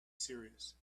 serious